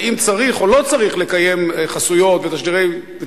האם צריך או לא צריך לקיים חסויות ותשדירים